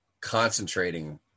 concentrating